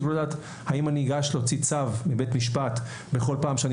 האם אני אגש להוציא צו מבית משפט בכל פעם שאני